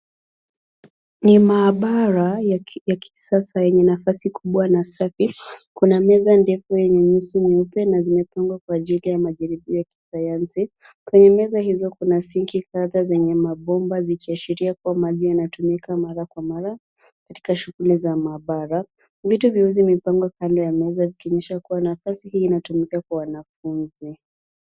Ni maabara ya kisasa yenye nafasi kubwa safi. Kuna meza ndefu ya nyeusi na nyeupe na zimepangwa kwa ajili ya majaribio ya kisanyansi. Kwenye meza hizo kuna sinki kadha zenye mabomba zikiashiria kwamba maji inatumika mara kwa mara katika shughui za maabara. Viti vyeusi vimepangwa kando ya meza vikionyesha kuwa nafasi hii inatumika kwa wanafunzi.